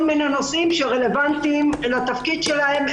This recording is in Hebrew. מיני נושאים שרלוונטיים לתפקיד שלהן,